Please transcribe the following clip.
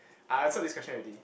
I answered this question already